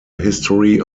history